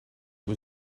was